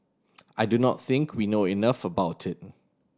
I do not think we know enough about it